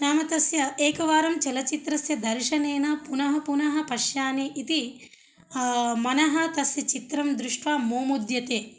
नाम तस्य एकवारं चलचित्रस्य दर्शनेन पुनः पुनः पश्यामि इति मनः तस्य चित्रं दृष्ट्वा मोमुद्यते